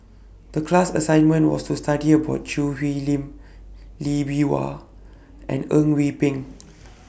The class assignment was to study about Choo Hwee Lim Lee Bee Wah and Eng We Peng